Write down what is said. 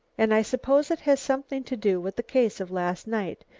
and i suppose it has something to do with the case of last night,